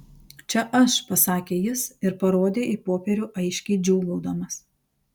čia aš pasakė jis ir parodė į popierių aiškiai džiūgaudamas